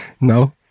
No